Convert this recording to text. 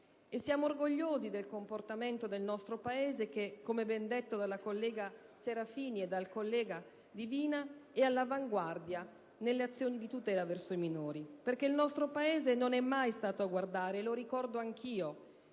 Siamo orgogliosi del comportamento del nostro Paese che, come ben detto dalla collega Serafini e dal collega Divina, è all'avanguardia nell'azione di tutela verso i minori. Il nostro Paese non è mai stato a guardare - lo ricordo anche io